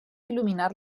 il·luminar